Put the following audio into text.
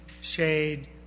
shade